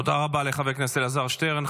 תודה רבה לחבר הכנסת אלעזר שטרן.